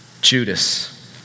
Judas